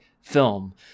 film